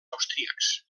austríacs